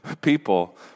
people